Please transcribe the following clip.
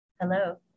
Hello